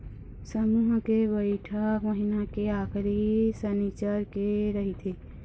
समूह के बइठक महिना के आखरी सनिच्चर के रहिथे